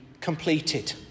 completed